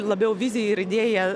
labiau viziją ir idėją